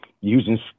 using